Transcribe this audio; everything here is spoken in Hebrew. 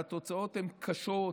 והתוצאות הן קשות,